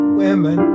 women